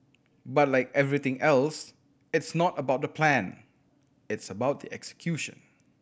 but like everything else it's not about the plan it's about the execution